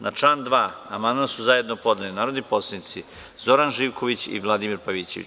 Na član 2. amandman su zajedno podneli narodni poslanici Zoran Živković i Vladimir Pavićević.